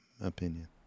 opinion